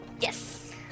Yes